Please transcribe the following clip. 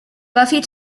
buffy